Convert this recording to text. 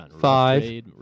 five